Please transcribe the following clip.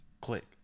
click